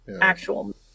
actual